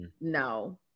no